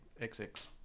xx